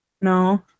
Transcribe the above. No